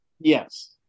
Yes